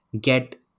get